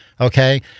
okay